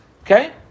Okay